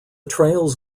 trails